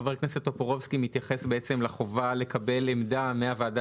חבר הכנסת טופורובסקי מתייחס לחובה לקבל עמדה מהוועדה